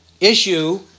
issue